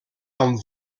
amb